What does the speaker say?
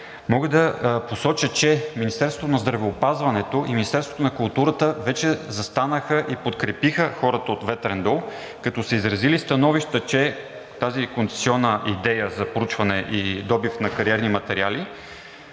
Министерството на културата вече застанаха и подкрепиха хората от Ветрен дол, като са изразили становища, че тази концесионна идея за проучване и добив на кариерни материали